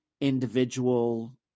individual